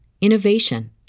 innovation